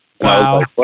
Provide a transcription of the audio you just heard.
Wow